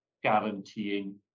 guaranteeing